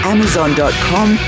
Amazon.com